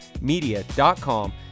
media.com